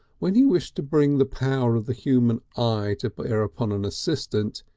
when he wished to bring the power of the human eye to bear upon an assistant,